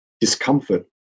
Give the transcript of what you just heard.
discomfort